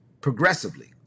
progressively